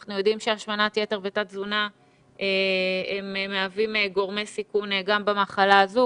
אנחנו יודעים שהשמנת יתר ותת תזונה מהווים גורמי סיכון גם במחלה הזאת,